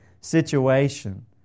situation